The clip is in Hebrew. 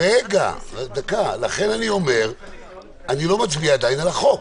אני לא מצביע עדיין על החוק,